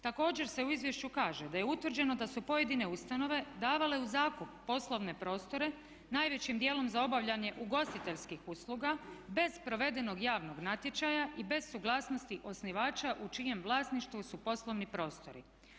Također se u izvješću kaže da je utvrđeno da su pojedine ustanove davale u zakup poslovne prostore najvećim dijelom za obavljanje ugostiteljskih usluga bez provedenog javnog natječaja i bez suglasnosti osnivača u čijem vlasništvu su poslovni prostori.